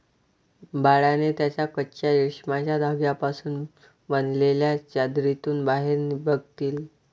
बाळाने त्याच्या कच्चा रेशमाच्या धाग्यांपासून पासून बनलेल्या चादरीतून बाहेर बघितले